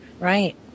Right